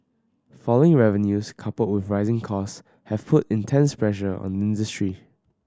falling revenues coupled with rising costs have put intense pressure on the industry